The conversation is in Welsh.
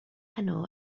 heno